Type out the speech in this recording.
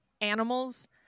Animals